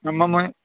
न म मग